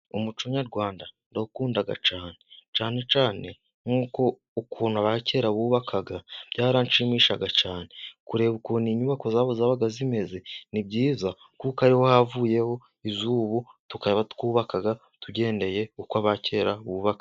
Umuco nyarwanda ndawukunda cyane. Cyane cyane nk'uko ukuntu abakera bubakaga byaranshimishaga cyane. Kureba ukuntu inyubako zaho zabaga zimeze ni byiza kuko ari ho havuyeho iz'ubu, tukaba twubaka tugendeye uko aba kera bubakaga.